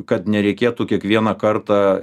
kad nereikėtų kiekvieną kartą